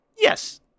yes